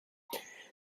beth